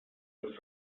des